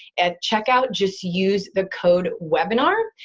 at checkout, just use the code webinar'.